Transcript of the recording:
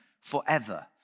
forever